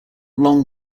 long